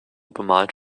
bemalt